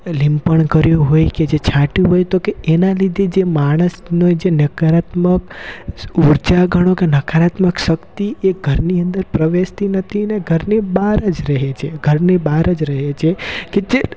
લીંપણ કર્યું હોય કે જે છાંટ્યું હોય તો કે એના લીધે જે માણસનો જે નકારાત્મક ઉર્જા ગણો કે નકારાત્મક શક્તિ એ ઘરની અંદર પ્રવેશતી નથીને ઘરની બહાર જ રહે છે ઘરની બહાર જ રહે છે કે જે